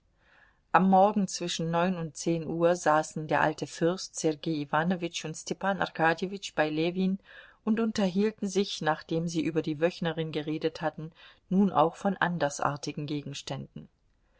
am morgen zwischen neun und zehn uhr saßen der alte fürst sergei iwanowitsch und stepan arkadjewitsch bei ljewin und unterhielten sich nachdem sie über die wöchnerin geredet hatten nun auch von andersartigen gegenständen